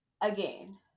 again